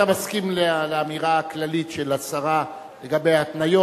אתה מסכים לאמירה הכללית של השרה לגבי ההתניות?